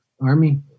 Army